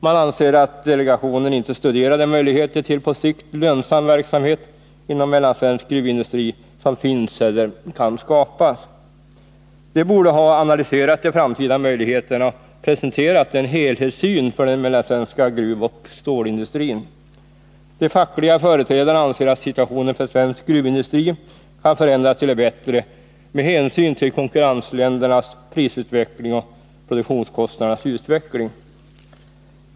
Man anser att delegationen inte studerat de möjligheter till på sikt lönsam verksamhet inom mellansvensk gruvindustri som finns eller kan skapas. Delegationen borde ha analyserat de framtida möjligheterna och presenterat en helhetssyn för den mellansvenska gruvoch stålindustrin. De fackliga företrädarna anser att situationen för svensk gruvindustri kan förändras till det bättre med hänsyn till konkurrentländernas prisutveckling och produktionskostnadernas utveckling.